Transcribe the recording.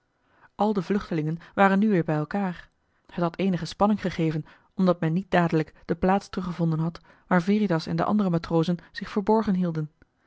de vluchtelingen waren nu weer bij elkaar t had eenige spanning gegeven omdat men niet dadelijk de plaats teruggevonden had waar veritas en de andere matrozen zich verborgen hielden